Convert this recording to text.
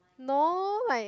no like